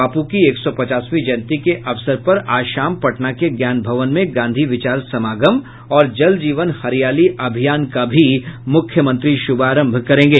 बापू की एक सौ पचासवीं जयंती के अवसर पर आज शाम पटना के ज्ञान भवन में गांधी विचार समागम और जल जीवन हरियाली अभियान का मूख्यमंत्री श्रभारंभ करेंगे